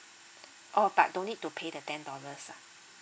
oh but don't need to pay the ten dollars ah